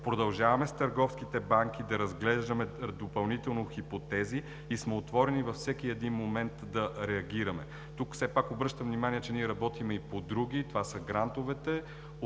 Продължаваме с търговските банки да разглеждаме допълнително хипотези и сме отворени във всеки един момент да реагираме. Тук все пак обръщам внимание, че ние работим и по други – това са грантовете.